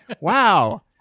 Wow